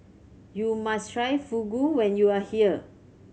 you must try Fugu when you are here